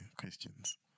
Christians